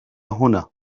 هنا